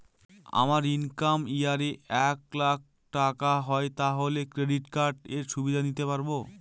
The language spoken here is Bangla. আমার ইনকাম ইয়ার এ এক লাক টাকা হয় তাহলে ক্রেডিট কার্ড এর সুবিধা নিতে পারবো?